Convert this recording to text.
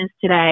today